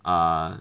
uh